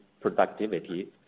productivity